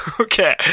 Okay